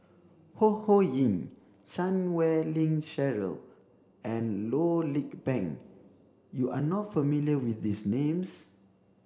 Ho Ho Ying Chan Wei Ling Cheryl and Loh Lik Peng you are not familiar with these names